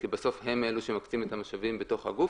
כי בסוף הם אלה שמקצים את המשאבים בתוך הגוף.